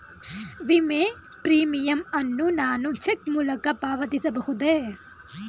ವಿಮೆ ಪ್ರೀಮಿಯಂ ಅನ್ನು ನಾನು ಚೆಕ್ ಮೂಲಕ ಪಾವತಿಸಬಹುದೇ?